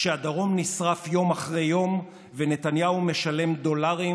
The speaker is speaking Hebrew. כשהדרום נשרף יום אחרי יום ונתניהו משלם דולרים